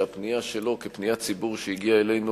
שהפנייה שלו כפניית ציבור שהגיעה אלינו